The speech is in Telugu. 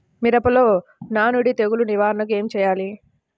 మిరపలో నానుడి తెగులు నివారణకు ఏమి చేయాలి?